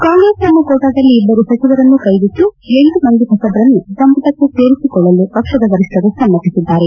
ಕಾಂಗ್ರೆಸ್ ತನ್ನ ಕೋಟಾದಲ್ಲಿ ಇಬ್ಬರು ಸಚಿವರನ್ನು ಕೈಬಿಟ್ಟು ಎಂಟು ಮಂದಿ ಹೊಸಬರನ್ನು ಸಂಪುಟಕ್ಕೆ ಸೇರಿಸಿಕೊಳ್ಳಲು ಪಕ್ಷದ ವರಿಷ್ಠರು ಸಮ್ಮತಿಸಿದ್ದಾರೆ